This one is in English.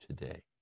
today